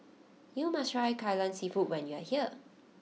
you must try Kai Lan Seafood when you are here